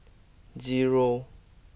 zero